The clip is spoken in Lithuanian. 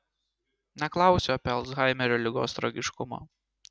neklausiu apie alzhaimerio ligos tragiškumą